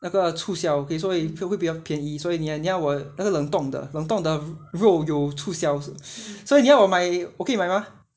那个促销 okay 所以会比较便宜所以你要你要我那个冷冻的冷冻的肉有促销所以你要我买我可以买吗